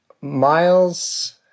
Miles